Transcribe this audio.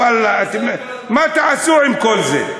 ואללה, מה תעשו עם כל זה?